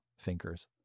thinkers